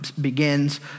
begins